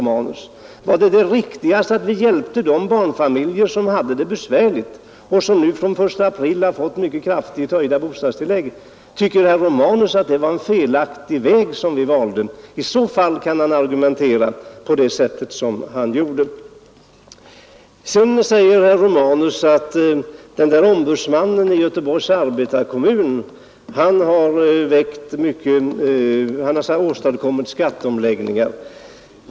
Eller var det inte riktigt att vi hjälpte de barnfamiljer som hade det besvärligt så att de fr.o.m. den 1 april har fått mycket kraftigt höjda bostadstillägg? Tycker herr Romanus att det var en felaktig väg vi valde? I så fall kan han då argumentera på det sätt som han gjorde? Herr Romanus säger också att den här ombudsmannen i Göteborgs arbetarkommun har åstadkommit skatteomläggningar.